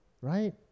right